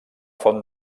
font